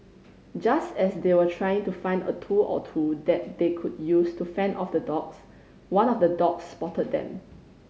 just as they were trying to find a tool or two that they could use to fend off the dogs one of the dogs spotted them